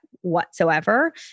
whatsoever